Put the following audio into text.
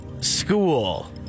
school